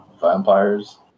vampires